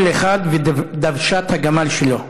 כל אחד ודבשת הגמל שלו.